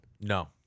No